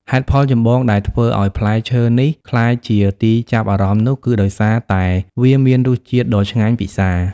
ហេតុផលចម្បងដែលធ្វើឲ្យផ្លែឈើនេះក្លាយជាទីចាប់អារម្មណ៍នោះ គឺដោយសារតែវាមាន រសជាតិដ៏ឆ្ងាញ់ពិសា។